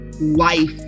life